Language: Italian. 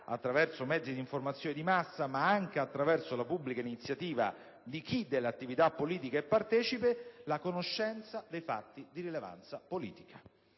attraverso mezzi di informazione di massa, ma anche attraverso la pubblica iniziativa di chi dell'attività politica è partecipe, la conoscenza dei fatti di rilevanza politica.